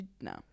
no